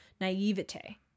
naivete